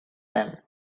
them